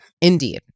Indeed